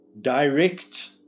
direct